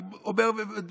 אני אומר ומתוודה.